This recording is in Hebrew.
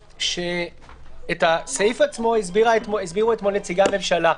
את הסעיף עצמו הסבירו אתמול נציגי הממשלה.